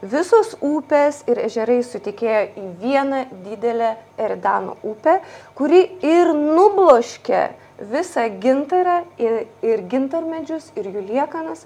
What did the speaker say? visos upės ir ežerai sutekėjo į vieną didelę eridano upę kuri ir nubloškė visą gintarą i ir gintarmedžius ir jų liekanas